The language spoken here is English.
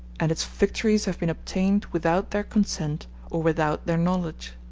and its victories have been obtained without their consent or without their knowledge.